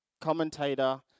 commentator